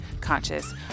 conscious